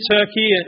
Turkey